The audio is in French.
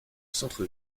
centre